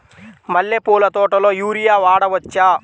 మల్లె పూల తోటలో యూరియా వాడవచ్చా?